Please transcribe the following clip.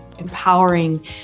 empowering